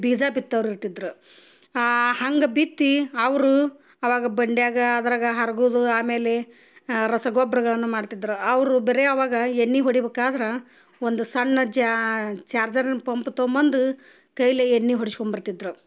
ಬೀಜ ಬಿತ್ತೋರು ಇರ್ತಿದ್ರು ಹಂಗೆ ಬಿತ್ತಿ ಅವರು ಅವಾಗ ಬಂಡ್ಯಾಗ ಅದ್ರಾಗ ಹರ್ಗುದು ಆಮೇಲೆ ರಸಗೊಬ್ರಗಳನ್ನು ಮಾಡ್ತಿದ್ರೆ ಅವರು ಬರೇ ಆವಾಗ ಎಣ್ಣೆ ಹೊಡಿ ಬೇಕಾದ್ರೆ ಒಂದು ಸಣ್ಣ ಜ್ಯಾ ಚಾರ್ಜರನ್ನ ಪಂಪ್ ತಗೊಬಂದು ಕೈಲಿ ಎಣ್ಣೆ ಹೊಡಿಸ್ಕೊಂಡು ಬರ್ತಿದ್ದರು